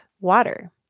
water